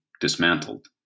dismantled